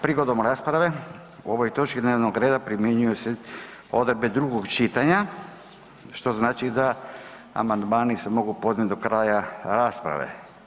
Prigodom rasprave o ovoj točki dnevnog reda primjenjuju se odredbe drugog čitanja što znači da se amandmani se mogu se mogu podnositi do kraja rasprave.